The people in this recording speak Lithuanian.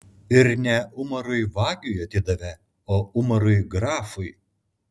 ir ne umarui vagiui atidavė o umarui grafui